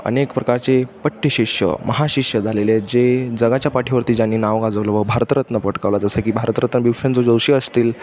अनेक प्रकारचे पट्टशिष्य महाशिष्य झालेलेत जे जगाच्या पाठीवरती ज्यांनी नाव गाजवलं व भारतरत्न पटकावला जसं की भारतरत्न भिमसेनजी जोशी असतील